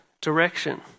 direction